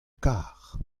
kar